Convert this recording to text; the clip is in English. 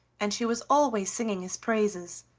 and she was always singing his praises.